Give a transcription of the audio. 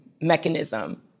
mechanism